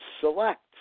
select